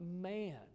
man